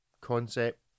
concept